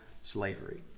slavery